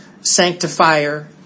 Sanctifier